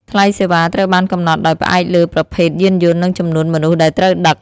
ថ្លៃសេវាត្រូវបានកំណត់ដោយផ្អែកលើប្រភេទយានយន្តនិងចំនួនមនុស្សដែលត្រូវដឹក។